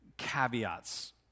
caveats